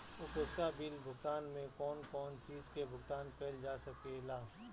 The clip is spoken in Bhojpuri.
उपयोगिता बिल भुगतान में कौन कौन चीज के भुगतान कइल जा सके ला?